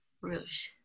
Rouge